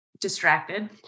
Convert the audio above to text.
distracted